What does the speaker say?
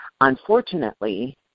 Unfortunately